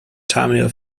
tamil